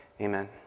Amen